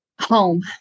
home